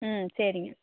ம் சரிங்க